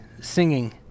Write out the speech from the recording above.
singing